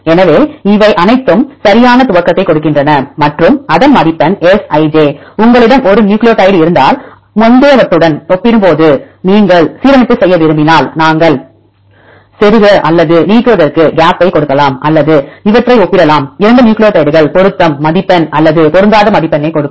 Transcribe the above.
எனவே அவை சரியான துவக்கத்தைக் கொடுக்கின்றன மற்றும் அதன் மதிப்பெண் Sij உங்களிடம் ஒரு நியூக்ளியோடைடு இருந்தால் முந்தையவற்றுடன் ஒப்பிடும்போது நீங்கள் சீரமைப்பு செய்ய விரும்பினால் நாங்கள் செருக அல்லது நீக்குவதற்கு கேப்பைக் கொடுக்கலாம் அல்லது இவற்றை ஒப்பிடலாம் 2 நியூக்ளியோடைடுகள் பொருத்தம் மதிப்பெண் அல்லது பொருந்தாத மதிப்பெண்ணைக் கொடுக்கும்